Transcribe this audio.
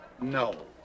No